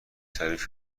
تعریف